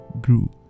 grew